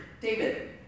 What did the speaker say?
David